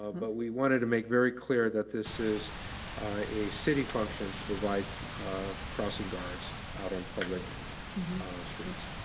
but we wanted to make very clear that this is a city function to provide crossing guards out on public streets.